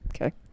Okay